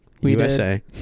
USA